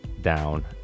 down